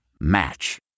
Match